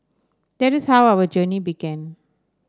that is how our journey began